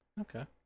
okay